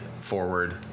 Forward